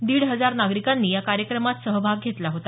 दीड हजार नागरीकांनी या कार्यक्रमात सहभाग घेतला होता